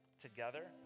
together